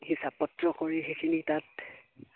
হিচাপত্ৰ কৰি সেইখিনি তাত